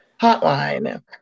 Hotline